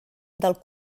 del